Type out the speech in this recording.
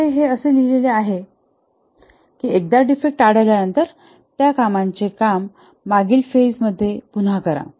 येथे हे असे लिहिलेले आहे की एकदा डिफेक्ट आढळल्यानंतर त्या कामांचे काम मागील फेज मध्ये पुन्हा करा